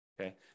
okay